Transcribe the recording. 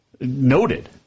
Noted